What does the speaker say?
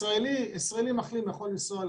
ישראלי מחלים יכול לנסוע לחו"ל,